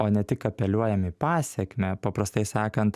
o ne tik apeliuojam į pasekmę paprastai sakant